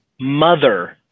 mother